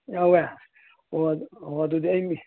ꯌꯥꯎꯋꯦ ꯑꯣ ꯑꯣ ꯑꯗꯨꯗꯤ ꯑꯩ